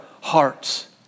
hearts